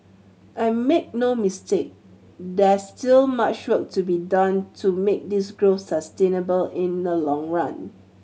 and make no mistake there's still much work to be done to make this growth sustainable in the long run